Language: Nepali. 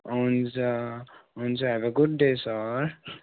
हुन्छ हुन्छ have a good day sir